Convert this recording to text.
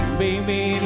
baby